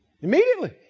Immediately